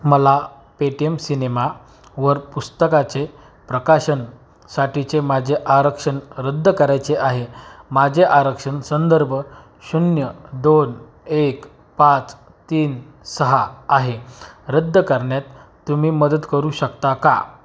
मला पेटीएम सिनेमावर पुस्तकाचे प्रकाशनसाठीचे माझे आरक्षण रद्द करायचे आहे माझे आरक्षण संदर्भ शून्य दोन एक पाच तीन सहा आहे रद्द करण्यात तुम्ही मदत करू शकता का